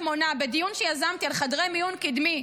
שמונה בדיון שיזמתי על חדרי מיון קדמי,